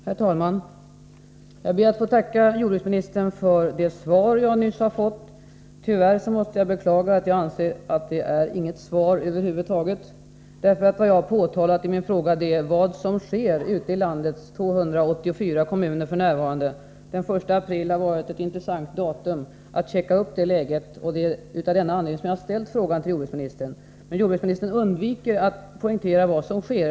Herr talman! Jag ber att få tacka jordbruksministern för det svar jag nyss har fått. Tyvärr måste jag beklaga, men jag anser att det inte är något svar över huvud taget. Jag har i min fråga påtalat vad som sker i landets 284 kommuner f. n. Den 1 april har varit ett intressant datum när det gäller att kontrollera läget — och det är av den anledningen jag har ställt frågan till jordbruksministern. Men jordbruksministern undviker att kontrollera vad som sker.